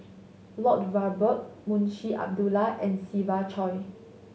Lloyd Valberg Munshi Abdullah and Siva Choy